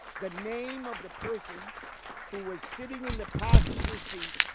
the name of the person who was sitting in the passenger seat